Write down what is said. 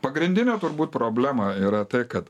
pagrindinė turbūt problema yra tai kad